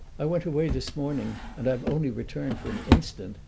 i went away this morning, and i've only returned for an instant,